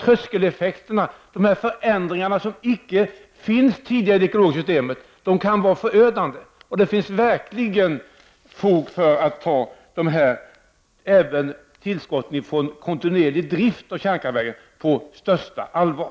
Tröskeleffekterna i form av förändringar i det ekologiska systemet kan vara förödande. Det finns verkligen fog för att ta tillskotten från kontinuerlig drift av kärnkraftverken på största allvar.